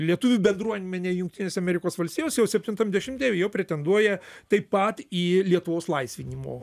lietuvių bendruomenė jungtinėse amerikos valstijose jau septintam dešimt jau pretenduoja taip pat į lietuvos laisvinimo